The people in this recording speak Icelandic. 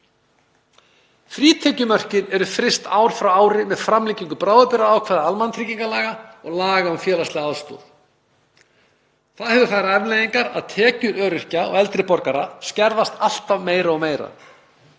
Frítekjumörkin eru fryst ár frá ári með framlengingu bráðabirgðaákvæða almannatryggingalaga og laga um félagslega aðstoð. Það hefur þær afleiðingar að tekjur öryrkja og eldri borgara skerðast alltaf meira og meira.